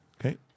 Okay